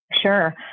Sure